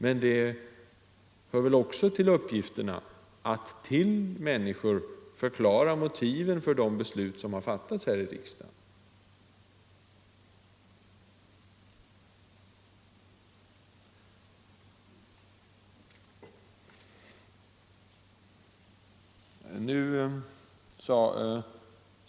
Men det hör också till våra uppgifter att för människorna förklara motiven till de beslut som har fattats här i riksdagen.